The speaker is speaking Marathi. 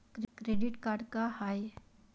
क्रेडिट कार्ड का हाय?